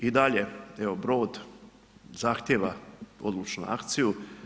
I dalje, evo, brod zahtjeva odlučnu akciju.